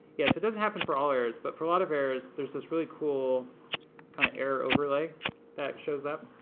yeah, so it doesn't happen for all errors, but for a lot of errors, there's this really cool kind of error overlay that shows up